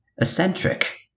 eccentric